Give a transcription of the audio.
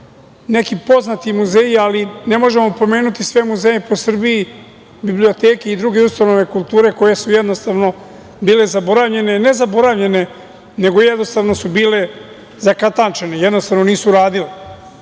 neki poznati muzeji, ali ne možemo pomenuti sve muzeje po Srbiji, biblioteke i druge ustanove kulture koje su, jednostavno, bile zaboravljene. Nisu zaboravljene, nego jednostavno su bile zakatančene. Jednostavno, nisu radile